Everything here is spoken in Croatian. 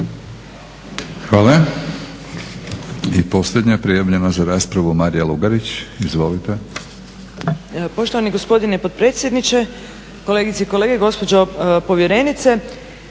Hvala. I posljednja prijavljena za raspravu Marija Lugarić. Izvolite. **Lugarić, Marija (SDP)** Poštovani gospodine potpredsjedniče, kolegice i kolege, gospođo povjerenice.